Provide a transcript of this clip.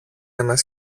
ένας